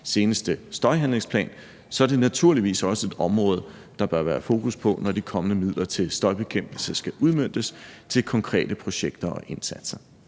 seneste støjhandlingsplan, er det naturligvis også et område, der bør være fokus på, når de kommende midler til støjbekæmpelse skal udmøntes til konkrete projekter og indsatser.